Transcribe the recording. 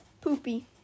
Poopy